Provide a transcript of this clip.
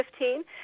2015